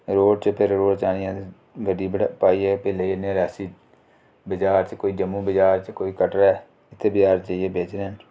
road च इत्थें road च आह्नियै गड्डी पाइयै फ्ही लेई जन्ने आं रियासी बजार च कोई जम्मू बजार च कोई कटरै ते फ्ही अस जाइयै बेचने आं